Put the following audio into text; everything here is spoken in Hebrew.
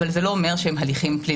אבל זה לא אומר שהם פליליים.